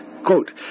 Quote